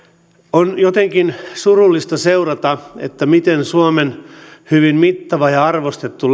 on jotenkin surullista seurata miten suomen hyvin mittava ja arvostettu